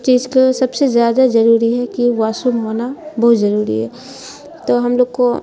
جس کو سب سے زیادہ ضروری ہے کہ واش روم ہونا بہت ضروری ہے تو ہم لوگ کو